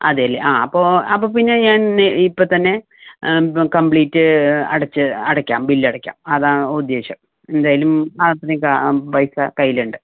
അതെ അല്ലേ ആ അപ്പോൾ അപ്പം പിന്നെ ഞാൻ ഇപ്പത്തന്നെ കംപ്ലീറ്റ് അടച്ച് അടയ്ക്കാം ബില്ല് അടയ്ക്കാം അതാ ഉദ്ദേശം എന്തായാലും അതിനോക്കേ ആ പൈസ കൈയ്യിൽ ഉണ്ട്